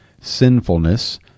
sinfulness